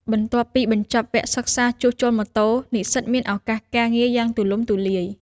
បន្ទាប់ពីបញ្ចប់វគ្គសិក្សាជួសជុលម៉ូតូ និស្សិតមានឱកាសការងារយ៉ាងទូលំទូលាយ។